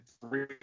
three